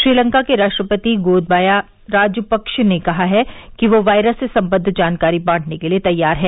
श्रीलंका के राष्ट्रपति गोथबाया राजपक्ष ने कहा है कि वे वायरस से संबद्व जानकारी बांटने के लिए तैयार है